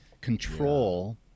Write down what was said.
control